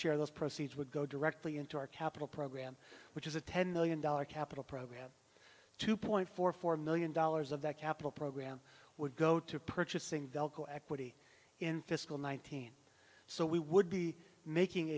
share of those proceeds would go directly into our capital program which is a ten million dollars capital program two point four four million dollars of that capital program would go to purchasing delco equity in fiscal nineteen so we would be making